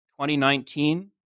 2019